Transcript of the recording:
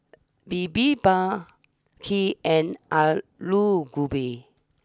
Bibimbap Kheer and Alu Gobi